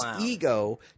ego